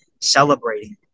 celebrating